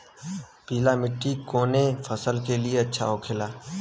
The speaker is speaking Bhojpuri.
पीला मिट्टी कोने फसल के लिए अच्छा होखे ला?